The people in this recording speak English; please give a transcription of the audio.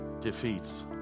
defeats